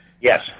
Yes